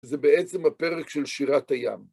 זה בעצם הפרק של שירת הים.